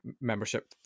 membership